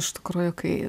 iš tikrųjų kai